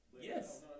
Yes